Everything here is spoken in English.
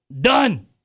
done